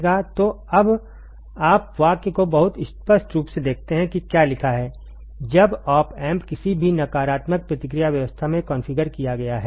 तो अब आप वाक्य को बहुत स्पष्ट रूप से देखते हैं कि क्या लिखा है जब ऑप एम्प किसी भी नकारात्मक प्रतिक्रिया व्यवस्था में कॉन्फ़िगर किया गया है